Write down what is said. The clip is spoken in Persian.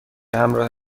همراه